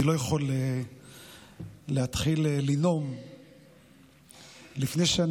אני לא יכול להתחיל לנאום לפני שאני